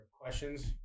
questions